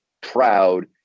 proud